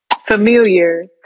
familiar